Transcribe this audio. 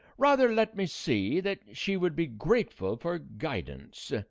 rather let me see that she would be grateful for guidance.